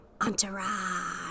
Entourage